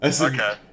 Okay